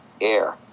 air